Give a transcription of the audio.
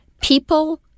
people